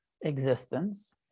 existence